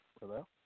Hello